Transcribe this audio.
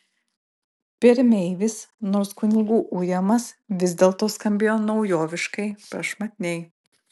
pirmeivis nors kunigų ujamas vis dėlto skambėjo naujoviškai prašmatniai